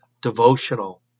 devotional